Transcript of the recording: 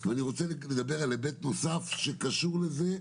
ואני רוצה לדבר על היבט נוסף שקשור לזה,